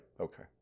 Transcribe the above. Okay